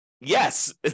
yes